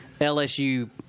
LSU